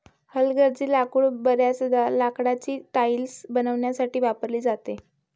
हलगर्जी लाकूड बर्याचदा लाकडाची टाइल्स बनवण्यासाठी वापरली जाते